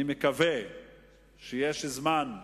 אני מקווה שיש זמן,